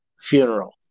funeral